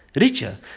richer